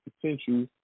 potential